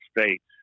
States